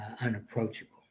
unapproachable